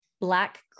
Black